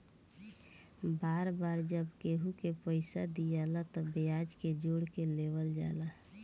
बार बार जब केहू के पइसा दियाला तब ब्याज के जोड़ के लेवल जाला